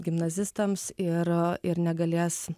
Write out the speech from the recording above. gimnazistams ir ir negalės